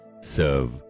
serve